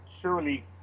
surely